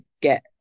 get